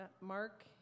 Mark